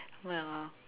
well